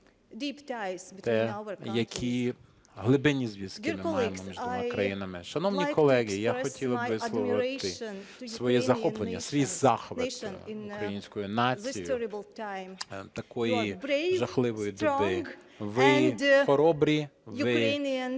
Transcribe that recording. які глибинні зв’язки ми маємо між двома країнами. Шановні колеги, я хотіла би висловити своє захоплення, свій захват українською нацією такої жахливої доби. Ви хоробрі, ви